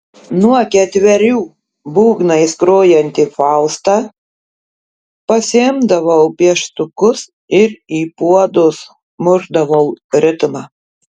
nuo ketverių būgnais grojanti fausta pasiimdavau pieštukus ir į puodus mušdavau ritmą